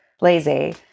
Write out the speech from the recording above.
lazy